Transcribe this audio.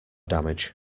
damage